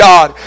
God